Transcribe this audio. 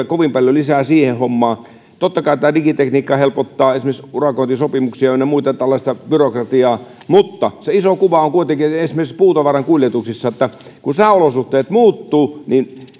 kovin paljon lisää mitään uusia ideoita siihen hommaan totta kai digitekniikka helpottaa esimerkiksi urakointisopimuksia ynnä muuta tällaista byrokratiaa mutta se iso kuva on kuitenkin esimerkiksi puutavaran kuljetuksissa se että kun sääolosuhteet muuttuvat niin